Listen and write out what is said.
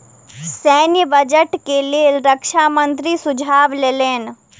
सैन्य बजट के लेल रक्षा मंत्री सुझाव लेलैन